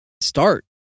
start